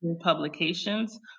publications